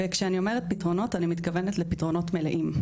וכשאני אומרת פתרונות אני מתכוונת לפתרונות מלאים,